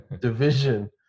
division